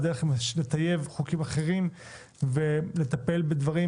לטייב חוקים אחרים ולטפל בדברים